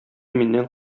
миннән